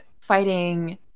fighting